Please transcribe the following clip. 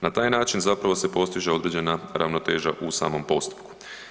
Na taj način zapravo se postiže određena ravnoteža u samom postupku.